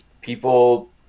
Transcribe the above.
people